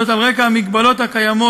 זאת על רקע המגבלות הקיימות